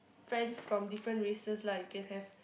friends from different races lah you can have